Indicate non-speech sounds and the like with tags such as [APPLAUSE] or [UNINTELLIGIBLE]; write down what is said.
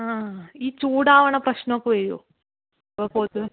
ആ ഈ ചൂടാകുന്ന പ്രശ്നമൊക്കെ വരുമോ ഇപ്പോൾ [UNINTELLIGIBLE]